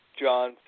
John